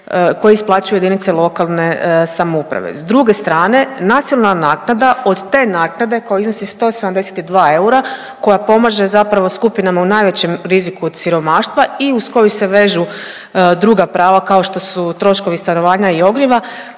koje isplaćuju jedinice lokalne samouprave. S druge strane, nacionalna naknada od te naknade koja iznosi 172 eura koja pomaže zapravo skupinama u najvećem riziku od siromaštva i uz koju se vežu druga prava kao što su troškovi stanovanja i ogrijeva,